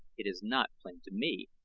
it is not plain to me,